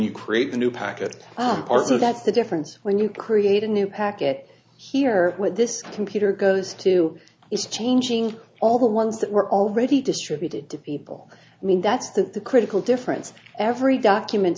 you create the new packet are that the difference when you create a new packet here with this computer goes to is changing all the ones that were already distributed to people i mean that's the critical difference every document